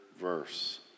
verse